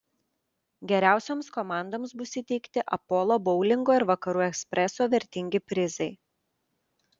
geriausioms komandoms bus įteikti apolo boulingo ir vakarų ekspreso vertingi prizai